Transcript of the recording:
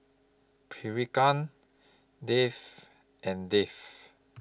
Priyanka Dev and Dev